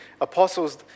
apostles